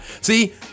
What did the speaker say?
See